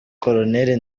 colonel